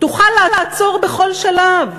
תוכל לעצור בכל שלב.